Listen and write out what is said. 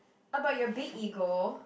about your big ego